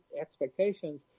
expectations